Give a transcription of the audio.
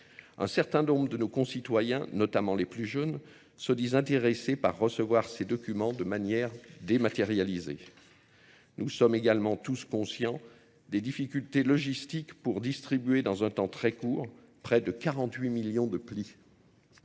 un certain nombre de nos concitoyens, notamment les plus jeunes, se disent intéressés par recevoir ces documents de manière dématérialisée. Nous sommes également tous conscients des difficultés logistiques pour distribuer dans un temps très court près de 48 millions de plis.